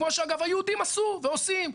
כמו שאגב היהודים עשו ועושים.